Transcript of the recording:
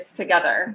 together